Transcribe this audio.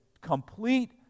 complete